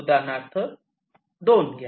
उदाहरणार्थ 2 घ्या